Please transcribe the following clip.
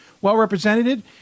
well-represented